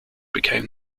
became